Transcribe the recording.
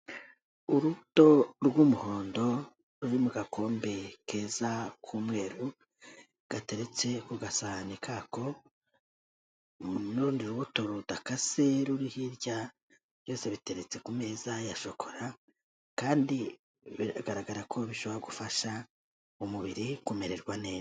Urubuto rw'umuhondo ruri mu gakombe keza k'umweru, gateretse ku gasahane kako n'urundi rubuto rudakase ruri hirya, byose biteretse ku meza ya shokora kandi bigaragara ko bishobora gufasha umubiri kumererwa neza.